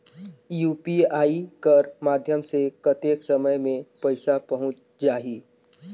UPI कर माध्यम से कतेक समय मे पइसा पहुंच जाहि?